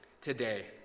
today